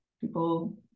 people